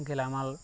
গেলামাল